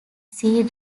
see